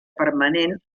permanent